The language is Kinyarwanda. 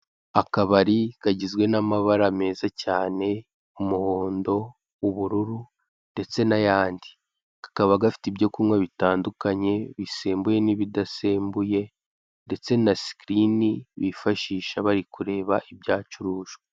Akabari kagizwe n'amabara meza cyane: umuhondo, ubururu ndetse n'ayandi, kakaba gafite ibyokunywa bitandukanye: bisembuye n'ibidasembuye, ndetse na sikirini bifashisha bari kureba ibyacurujwe.